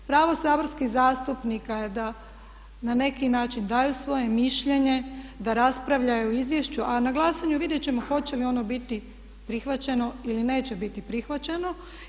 Pravo saborskih zastupnika je da na neki način daju svoje mišljenje, da raspravljaju o izvješću a na glasanju vidjeti ćemo hoće li ono biti prihvaćeno ili neće biti prihvaćeno.